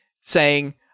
saying-